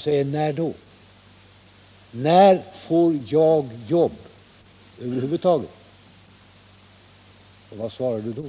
säger: När då? När får vi jobb över huvud taget? Vad svarar du då?